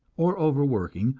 or overworking,